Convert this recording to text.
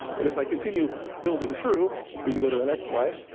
but as i continue building through, we can go to the next slide.